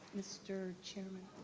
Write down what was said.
mr. chairman?